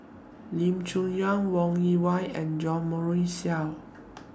Lim Chong Yah Wong Yoon Wah and Jo Marion Seow